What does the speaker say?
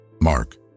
Mark